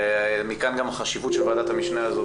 מכאן גם החשיבות של ועדת המשנה הזו